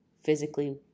physically